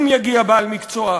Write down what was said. אם יגיע בעל מקצוע,